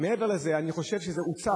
מעבר לזה, אני חושב שזה הוצף,